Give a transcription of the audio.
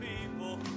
people